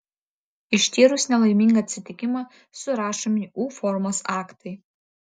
ištyrus nelaimingą atsitikimą surašomi u formos aktai